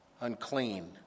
unclean